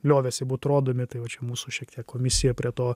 liovėsi būt rodomi tai va čia mūsų šiek tiek komisija prie to